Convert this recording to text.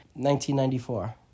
1994